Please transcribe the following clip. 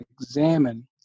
examine